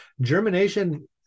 germination